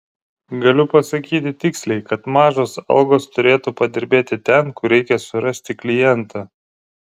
galiu pasakyti tiksliai kad mažos algos turėtų padirbėti ten kur reikia surasti klientą